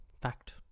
Fact